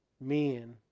men